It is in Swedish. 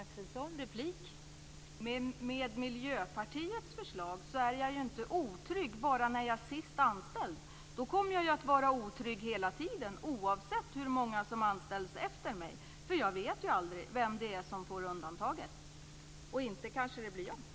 Fru talman! Med Miljöpartiets förslag är jag otrygg inte bara när jag är sist anställd. Jag kommer att vara otrygg hela tiden, oavsett hur många som anställs efter mig. Jag vet aldrig vem som får undantaget. Det kanske inte blir jag.